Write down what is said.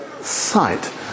sight